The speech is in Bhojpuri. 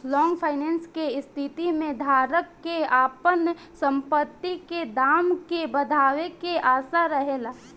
लॉन्ग फाइनेंस के स्थिति में धारक के आपन संपत्ति के दाम के बढ़ावे के आशा रहेला